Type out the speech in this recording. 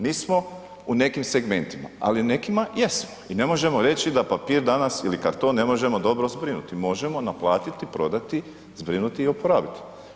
Nismo u nekim segmentima, ali u nekima jesmo i ne možemo reći da papir danas ili karton ne možemo dobro zbrinuti, možemo naplatiti, prodati, zbrinuti i oporabiti.